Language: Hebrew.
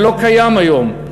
שלא קיים היום,